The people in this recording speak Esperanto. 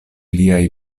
liaj